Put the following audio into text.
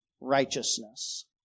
righteousness